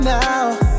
now